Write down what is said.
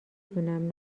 دونم